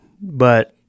But-